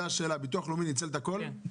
כן.